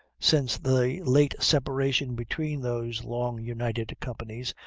since the late separation between those long-united companies,